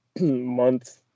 month